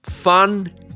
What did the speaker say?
Fun